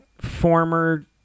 former